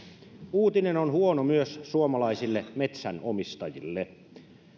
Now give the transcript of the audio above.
uutinen on huono myös suomalaisille metsänomistajille